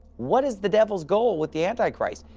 what is the devil's goal with the antichrist?